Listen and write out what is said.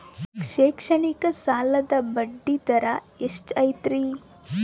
ಶೈಕ್ಷಣಿಕ ಸಾಲದ ಬಡ್ಡಿ ದರ ಎಷ್ಟು ಐತ್ರಿ?